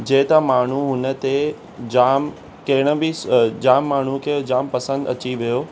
जे त माण्हू हुन ते जामु टिण बि जामु माण्हू खे जामु पसंदि अची वियो